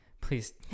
Please